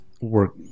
work